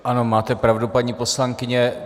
Ano, máte pravdu, paní poslankyně.